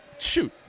Shoot